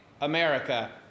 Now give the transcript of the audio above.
America